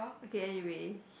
okay anyway